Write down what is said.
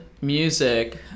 music